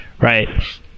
right